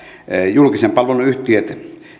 julkisen palvelun yhtiöt